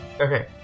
Okay